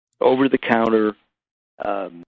over-the-counter